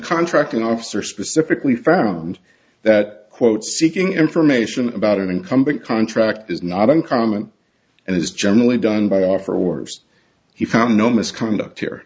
contracting officer specifically found that quote seeking information about an incumbent contract is not uncommon and is generally done by offer orders he found no misconduct here